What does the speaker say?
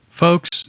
Folks